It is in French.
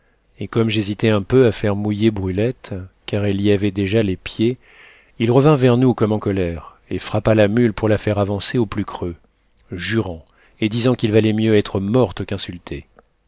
et comme j'hésitais un peu à faire mouiller brulette car elle y avait déjà les pieds il revint vers nous comme en colère et frappa la mule pour la faire avancer au plus creux jurant et disant qu'il valait mieux être morte qu'insultée